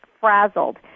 frazzled